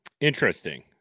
Interesting